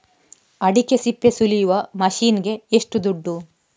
ಅಡಿಕೆ ಸಿಪ್ಪೆ ಸುಲಿಯುವ ಮಷೀನ್ ಗೆ ಏಷ್ಟು ದುಡ್ಡು?